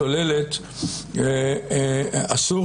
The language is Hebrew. לצוללת אסור